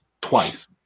twice